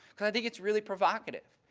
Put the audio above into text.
because i think it's really provocative.